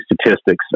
statistics